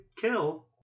kill